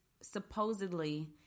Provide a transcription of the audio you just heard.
supposedly